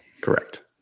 correct